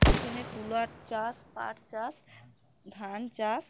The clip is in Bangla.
এখানে তুলার চাষ পাট চাষ ধান চাষ